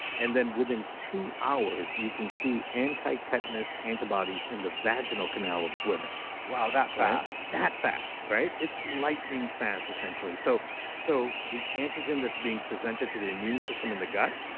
and then within two hours, you can see anti-tetanus antibodies in the vaginal canal of the women wow. that fast that fast. it's lightning fast essentially. so so the antigen that's being presented to the immune system in the gut,